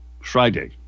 Friday